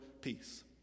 peace